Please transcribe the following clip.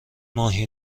ماهی